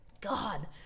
God